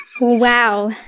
Wow